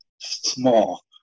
small